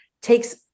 takes